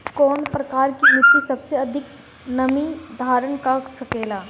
कौन प्रकार की मिट्टी सबसे अधिक नमी धारण कर सकेला?